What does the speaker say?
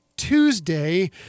tuesday